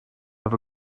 have